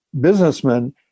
businessmen